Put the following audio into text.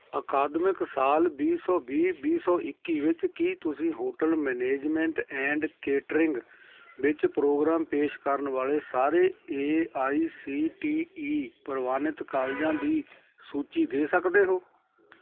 ਅਕਾਦਮਿਕ ਸਾਲ ਵੀਹ ਸੌ ਵੀਹ ਵੀਹ ਸੌ ਇੱਕੀ ਵਿੱਚ ਕੀ ਤੁਸੀਂ ਹੋਟਲ ਮਨੇਜਮੈਂਟ ਐਂਡ ਕੇਟਰਿੰਗ ਵਿੱਚ ਪ੍ਰੋਗਰਾਮ ਪੇਸ਼ ਕਰਨ ਵਾਲੇ ਸਾਰੇ A I C T E ਪ੍ਰਵਾਨਿਤ ਕਾਲਜਾਂ ਦੀ ਸੂਚੀ ਦੇ ਸਕਦੇ ਹੋ